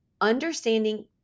understanding